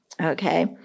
Okay